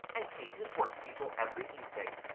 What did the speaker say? and paid his workpeople every evening.